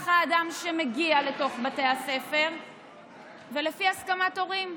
האדם שמגיע לתוך בתי הספר ולפי הסכמת הורים.